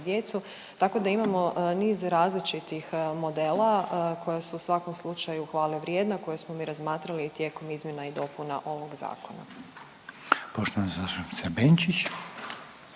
djecu. Tako da imamo niz različitih modela koji su u svakom slučaju hvalevrijedna, a koje smo mi razmatrali i tijekom izmjena i dopuna ovog zakona. **Reiner,